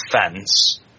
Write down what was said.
fence